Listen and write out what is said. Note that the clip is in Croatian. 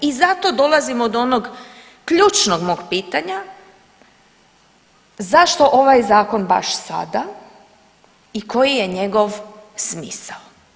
I zato dolazimo do onog ključnog mog pitanja, zašto ovaj zakon baš sada i koji je njegov smisao?